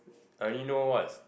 I already know what is